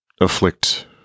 afflict